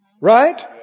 Right